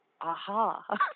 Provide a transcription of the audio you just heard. aha